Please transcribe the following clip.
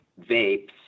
vapes